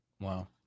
Wow